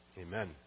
Amen